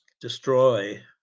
destroy